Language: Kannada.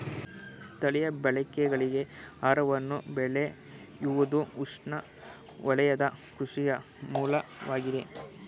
ಸ್ಥಳೀಯ ಬಳಕೆಗಳಿಗಾಗಿ ಆಹಾರವನ್ನು ಬೆಳೆಯುವುದುಉಷ್ಣವಲಯದ ಕೃಷಿಯ ಮೂಲವಾಗಿದೆ